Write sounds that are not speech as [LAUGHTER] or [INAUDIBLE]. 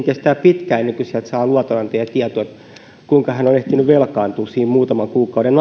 [UNINTELLIGIBLE] kestää pitkään ennen kuin negatiivisesta luottorekisteristä saa luotonantaja tietoja kuinka henkilö on ehtinyt velkaantua siinä muutaman kuukauden [UNINTELLIGIBLE]